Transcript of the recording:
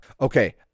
Okay